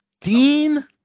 Dean